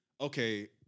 okay